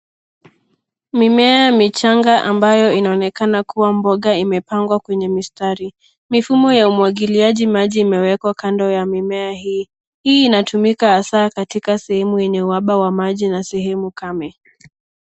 Mimea michanga ambayo inaonekana kuwa mboga imepangwa kwenye mistari. Mifumo ya umwagiliaji maji imewekwa kando ya mimea hii. Hii inatumika hasa katika sehemu yenye uhaba wa maji na sehemu kame.